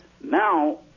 now